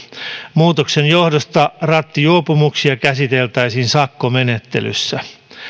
muutoksen johdosta rattijuopumuksia käsiteltäisiin sakkomenettelyssä